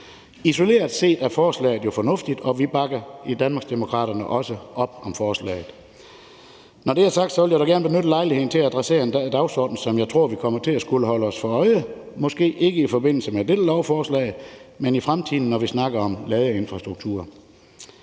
Isoleret set er forslaget jo fornuftigt, og vi bakker i Danmarksdemokraterne også op om forslaget. Når det er sagt, vil jeg da gerne benytte lejligheden til at adressere en dagsorden, som jeg tror vi kommer til at skulle holde os for øje, måske ikke i forbindelse med dette lovforslag, men i fremtiden, når vi snakker om ladeinfrastruktur.